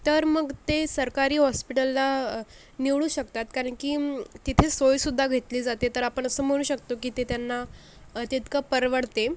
तर मग ते सरकारी हॉस्पिटलला निवडू शकतात कारण की तिथे सोयसुद्धा घेतली जाते तर आपण असं म्हणू शकतो की ते त्यांना तितकं परवडते